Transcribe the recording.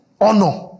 honor